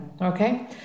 Okay